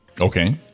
Okay